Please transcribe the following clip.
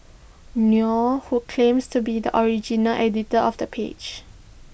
nor who claims to be the original editor of the page